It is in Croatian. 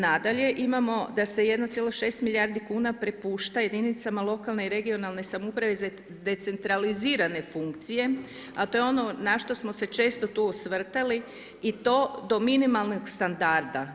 Nadalje, imamo da se 1,6 milijardi kuna prepušta jedinicama lokalne i regionalne samouprave za decentralizirane funkcije, a to je ono na što smo se često tu osvrtali i to do minimalnog standarda.